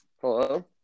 Hello